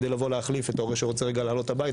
כדי לבוא להחליף את ההורה שרוצה רגע לעלות הביתה,